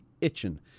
itching